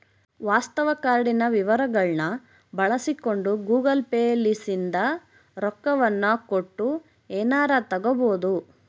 ವಾಸ್ತವ ಕಾರ್ಡಿನ ವಿವರಗಳ್ನ ಬಳಸಿಕೊಂಡು ಗೂಗಲ್ ಪೇ ಲಿಸಿಂದ ರೊಕ್ಕವನ್ನ ಕೊಟ್ಟು ಎನಾರ ತಗಬೊದು